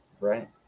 Right